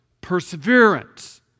perseverance